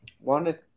Wanted